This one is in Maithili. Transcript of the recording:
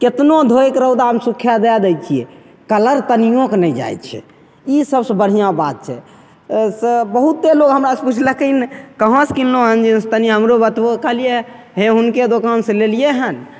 केतनो धोइके रौदामे सुखय दए दै छियै कलर तनियोंके नहि जाइ छै ई सबसँ बढ़िआँ बात छै तऽ बहुत्ते लोग हमरा पुछ्लखिन कहाँसँ किनलहो जिन्स तनी हमरो बताबहो कहलियै हे हुनके दोकानसँ लेलियै हन